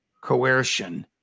coercion